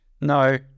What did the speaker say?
No